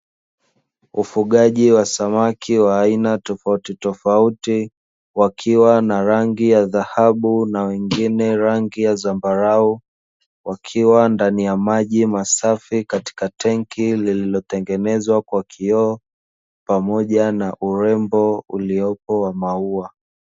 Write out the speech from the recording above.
Ufugaji wa samaki wa aina tofautitofauti, wakiwa na rangi ya dhahabu na wengine rangi ya zambarau, wakiwa ndani ya maji masafi katika tenki lililotengenezwa kwa kioo, pamoja na urembo uliopo wa maua.